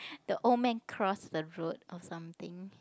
the old man cross the road or something